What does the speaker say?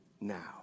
now